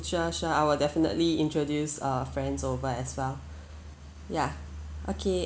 sure sure I will definitely introduce uh friends over as well yeah okay